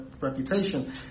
reputation